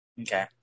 Okay